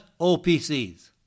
OPCs